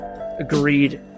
Agreed